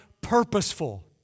purposeful